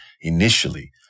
initially